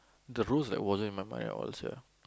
the rules like wasn't even in my mind at all sia